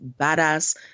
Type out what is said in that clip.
badass